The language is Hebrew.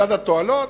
לצד התועלות,